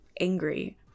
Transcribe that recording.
angry